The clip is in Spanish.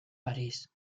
parís